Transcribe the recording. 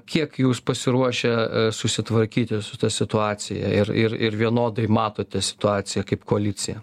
kiek jūs pasiruošę susitvarkyti su ta situacija ir ir ir vienodai matote situaciją kaip koalicija